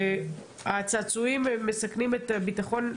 שהצעצועים הם מסכנים את ביטחון,